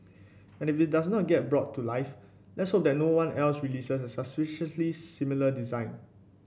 and if it does get brought to life let's hope that no one else releases a suspiciously similar design